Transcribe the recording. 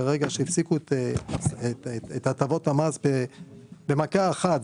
ברגע שהפסיקו את הטבות המס במכה אחת,